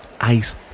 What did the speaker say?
ice